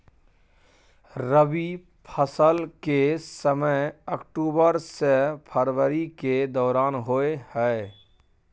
रबी फसल के समय अक्टूबर से फरवरी के दौरान होय हय